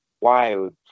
wild